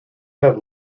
have